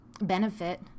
benefit